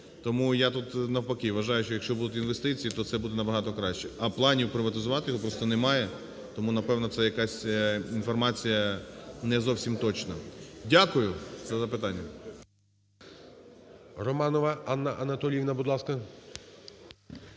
Тому, я тут, навпаки, вважаю, що якщо будуть інвестиції, то це буде набагато краще. А планів приватизувати його просто немає, тому, напевно, це якась інформація, не зовсім точна. Дякую за запитання.